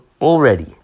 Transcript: already